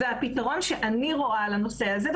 הפיתרון שאני רואה לנושא הזה,